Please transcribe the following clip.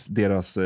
deras